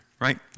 right